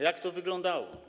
Jak to wyglądało?